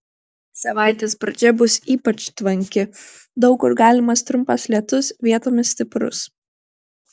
savaitės pradžia bus ypač tvanki daug kur galimas trumpas lietus vietomis stiprus